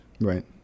Right